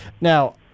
now